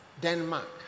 Denmark